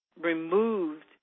removed